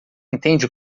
entende